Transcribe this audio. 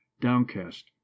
downcast